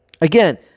Again